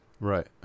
right